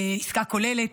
עסקה כוללת,